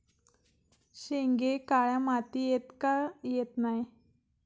शेंगे काळ्या मातीयेत का येत नाय?